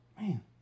man